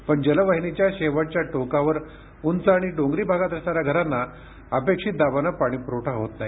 पण जलवहिनीच्या शेवटच्या टोकावर उंच आणि डोंगरी भागात असणाऱ्या घरांना अपेक्षित दाबानं पाणीपूरवठा होत नाही